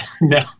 no